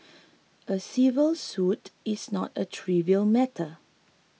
a civil suit is not a trivial matter